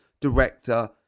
director